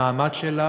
המעמד שלה